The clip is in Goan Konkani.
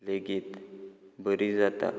लेगीत बरी जाता